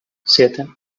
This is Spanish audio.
siete